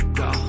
go